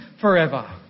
forever